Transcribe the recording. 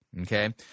okay